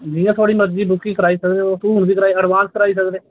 जि'यां थुहाड़ी मर्जी बुकिंग कराई सकदे एडवांस कराई सकदे तुस